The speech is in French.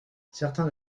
certains